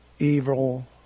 evil